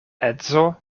edzo